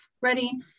ready